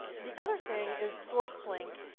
the other thing is source link.